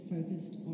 focused